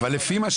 מר משה